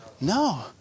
No